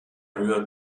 rührt